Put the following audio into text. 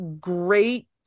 great